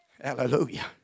Hallelujah